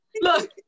Look